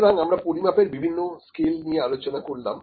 সুতরাং আমরা পরিমাপের বিভিন্ন স্কেল নিয়ে আলোচনা করলাম